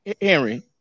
Henry